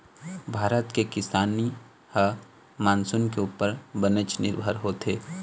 भारत के किसानी ह मानसून के उप्पर बनेच निरभर होथे